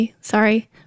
Sorry